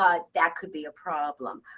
ah that could be a problem.